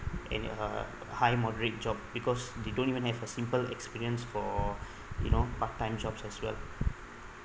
in a high moderate job because they don't even have a simple experience for you know part time jobs as well